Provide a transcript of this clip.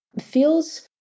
Feels